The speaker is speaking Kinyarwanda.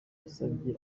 yasabye